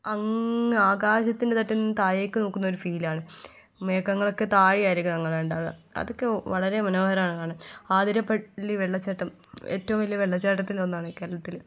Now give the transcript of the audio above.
അങ്ങ് ആകാശത്തിൻ്റെ തട്ടുന്നു താഴേക്ക് നോക്കുന്നൊരു ഫീലാണ് മേഘങ്ങളൊക്കെ താഴെയായിരിവുക അതൊക്കെ വളരെ മനോഹരമാണ് കാണാൻ ആതിരപ്പള്ളി വെള്ളച്ചാട്ടം ഏറ്റവും വലിയ വെള്ളച്ചാട്ടത്തിലൊന്നാണ് കേരളത്തിലെ